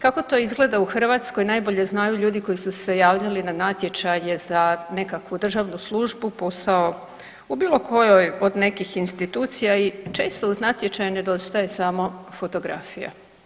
Kako to izgleda u Hrvatskoj najbolje znaju ljudi koji su se javljali na natječaje za nekakvu državnu službu, posao, u bilo kojoj od nekih institucija i često uz natječaj nedostaje samo fotografija.